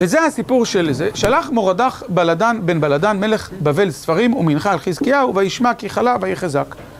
וזה הסיפור של זה, שלח מורדך בלדן בן בלדן, מלך בבל ספרים, ומנחה על חזקיהו, והשמע כי חלב היה חזק.